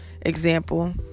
example